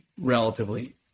relatively